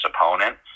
opponent